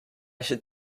should